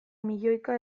milioika